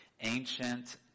ancient